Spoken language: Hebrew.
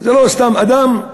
זה לא סתם אדם,